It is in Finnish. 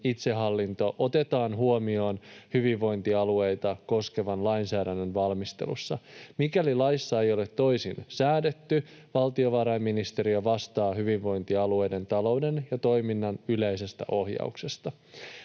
itsehallinto otetaan huomioon hyvinvointialueita koskevan lainsäädännön valmistelussa. Mikäli laissa ei ole toisin säädetty, valtiovarainministeriö vastaa hyvinvointialueiden talouden ja toiminnan yleisestä ohjauksesta.”